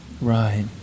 Right